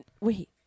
Wait